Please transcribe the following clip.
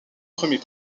premier